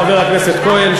חבר הכנסת כהן,